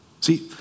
See